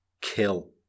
Kill